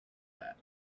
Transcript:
that